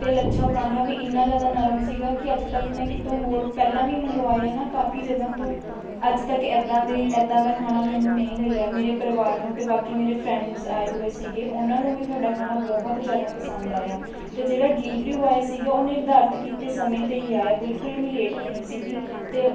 ਅਤੇ ਲੱਛਾ ਪਰੌਂਠਾ ਵੀ ਇੰਨਾ ਜਿਆਦਾ ਨਰਮ ਸੀਗਾ ਕਿ ਅੱਜ ਤੱਕ ਮੈਂ ਕਿਤੋਂ ਹੋਰ ਪਹਿਲਾਂ ਵੀ ਮੰਗਵਾਏ ਨਾ ਕਾਫੀ ਜਗ੍ਹਾ ਤੋਂ ਅੱਜ ਤੱਕ ਇੱਦਾਂ ਦੇ ਇੱਦਾਂ ਦਾ ਖਾਣਾ ਮੈਨੂੰ ਨਹੀਂ ਮਿਲਿਆ ਮੇਰੇ ਪਰਿਵਾਰ ਨੂੰ ਅਤੇ ਬਾਕੀ ਮੇਰੇ ਫਰੈਂਡਸ ਆਏ ਹੋਏ ਸੀਗੇ ਉਹਨਾਂ ਨੂੰ ਵੀ ਤੁਹਾਡਾ ਖਾਣਾ ਬਹੁਤ ਜਿਆਦਾ ਪਸੰਦ ਆਇਆ ਅਤੇ ਜਿਹੜਾ ਡਿਲੀਵਰੀ ਬੋਆਏ ਸੀਗਾ ਉਹਨੇ ਨਿਰਧਾਰਤ ਕੀਤੇ ਸਮੇਂ 'ਤੇ ਹੀ ਆਇਆ ਬਿਲਕੁਲ ਵੀ ਲੇਟ ਨਹੀਂ ਸੀਗੀ ਅਤੇ